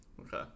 Okay